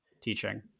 teaching